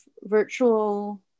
virtual